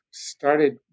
started